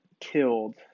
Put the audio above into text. killed